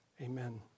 Amen